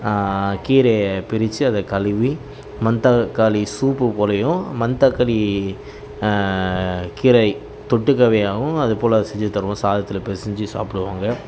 கீரையை பிரித்து அதை கழுவி மணத்தக்காளி சூப்பு போலேயும் மணத்தக்காளி கீரை தொட்டுக்கவையாவும் அதுபோல் அது செஞ்சு தருவோம் சாதத்தில் பெசஞ்சு சாப்பிடுவாங்க